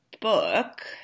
book